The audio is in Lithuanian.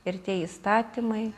ir tie įstatymai